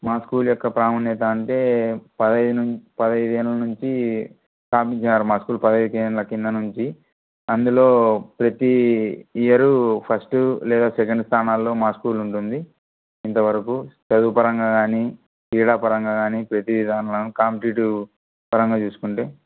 మా స్కూల్ యొక్క ప్రాముణ్యత అంటే పదహైదు ను పదిహేడెల్ల నుంచి పంపించారు మా స్కూల్ పదిహేడేళ్ళ కింద నుంచి అందులో ప్రతీ ఇయరు ఫస్ట్ లేదా సెకెండ్ స్థానాల్లో మా స్కూల్ ఉంటుంది ఇంతవరకు చదువు పరంగా కానీ క్రీడా పరంగా కానీ ప్రతి విధంగా కాంపిటేటివ్ పరంగా చూసుకుంటే